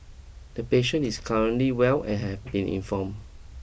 the patient is currently well and have been inform